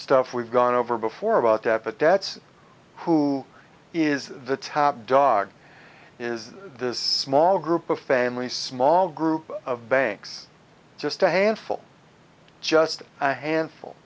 stuff we've gone over before about to have a debt who is the top dog is this small group of families small group of banks just a handful just a handful